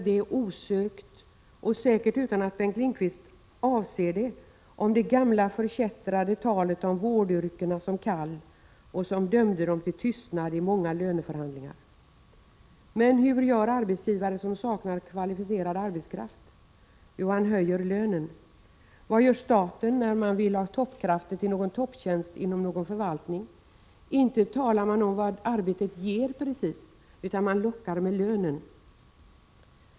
Det påminner osökt — säkert utan att Bengt Lindqvist avser det — om det gamla förkättrade talet om vårdyrkena som kall, vilket dömde vårdpersonalens representanter till tystnad i många löneförhandlingar. Men hur gör den arbetsgivare som saknar kvalificerad arbetskraft? Jo, han höjer lönen. Vad gör staten när man vill ha en toppkraft till någon topptjänst inom någon förvaltning? Ja, inte talar man om vad arbetet ger precis, utan man lockar med lönen.